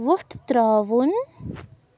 وۄٹھ ترٛاوُن